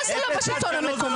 מה זה לא בשלטון המקומי?